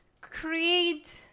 create